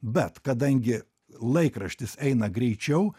bet kadangi laikraštis eina greičiau